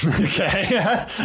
Okay